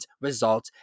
result